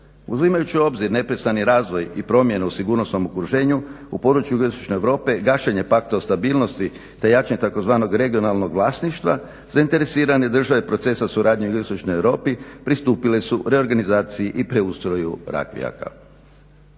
Uzimajući u obzir, neprestani razvoj i promjenu u sigurnosnom okruženju, u području jugoistočne Europe, gašenje Pakta o stabilnosti te jačanje tzv. regionalnog vlasništva, zainteresirane države procesa suradnje u jugoistočnoj Europi pristupile su reorganizaciji i preustroju Rakvijaka.